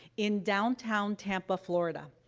in downtown tampa, florida.